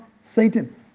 Satan